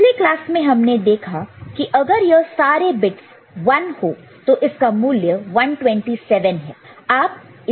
पिछले क्लास में हमने देखा कि अगर यह सारे बिट्स 1 हो तो इसका मूल्य 127 है